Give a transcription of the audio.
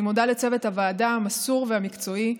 אני מודה לצוות הוועדה המסור והמקצועי,